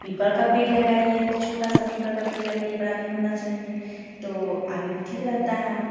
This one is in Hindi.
पीपल का पेड़ लगाइए छोटा सा पीपल का पेड़ लगाइए बड़ा नही होना चाहिए तो आगे में ठीक रहता है